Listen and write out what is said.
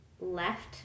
left